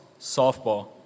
softball